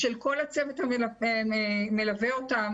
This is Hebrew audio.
של כל הצוות המלווה אותם,